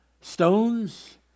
stones